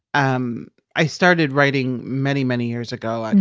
um i started writing many, many years ago. and